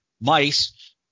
mice –